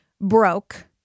broke